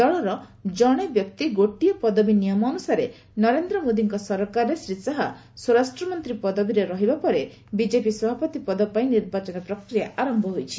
ଦଳର ଜଣେ ବ୍ୟକ୍ତି ଗୋଟିଏ ପଦବୀ ନିୟମ ଅନୁସାରେ ନରେନ୍ଦ୍ର ମୋଦିଙ୍କ ସରକାରରେ ଶ୍ରୀ ଶାହା ସ୍ୱରାଷ୍ଟ୍ରମନ୍ତ୍ରୀ ପଦବୀରେ ରହିବା ପରେ ବିଜେପି ସଭାପତି ପଦ ପାଇଁ ନିର୍ବାଚନ ପ୍ରକ୍ରିୟା ଆରମ୍ଭ ହୋଇଛି